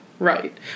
Right